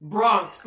Bronx